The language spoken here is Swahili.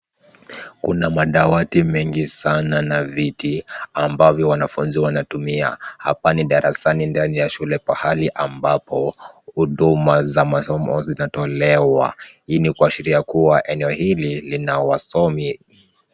Kuna madawati mengi sana na viti ambavyo wanafunzi wanatumia. Hapa ni darasani ndani ya shule pahali ambapo huduma za masomo zinatolewa .Hii ni kuashiria kuwa eneo hili ni la wasomi.